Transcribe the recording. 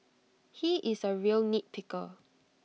he is A real nitpicker